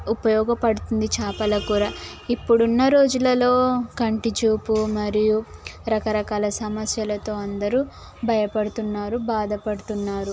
ఉపయోగపడుతుంది చేపల కూర ఇప్పుడు ఉన్న రోజులలో కంటి చూపు మరియు రకరకాల సమస్యలతో అందరు భయపడుతున్నారు బాధపడుతున్నారు